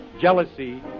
jealousy